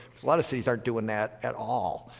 a lot of cities aren't doing that at all,